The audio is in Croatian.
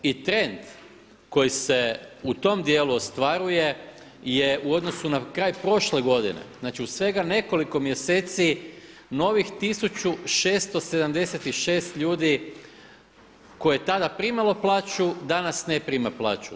I trend koji se u tom dijelu ostvaruje je u odnosu na kraj prošle godine, znači u svega nekoliko mjeseci novih 1676 ljudi koje je tada primalo plaću danas ne prima plaću.